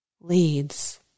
leads